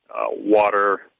water